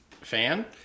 fan